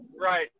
right